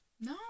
no